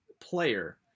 player